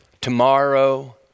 tomorrow